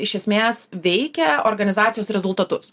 iš esmės veikia organizacijos rezultatus